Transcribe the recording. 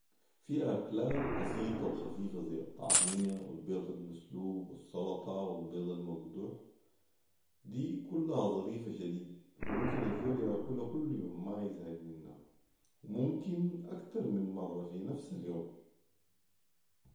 في اكلات بسيطه وخفيفه ، ذي الطعميه والبيض المسلوق و السطه والبيض المقدوح، دي كلها ظريفه شديد وممكن الزول ياكلها كل يوم ما بيزهج منها وممكن اكتر من مره في نفس اليوم